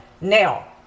Now